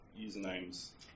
usernames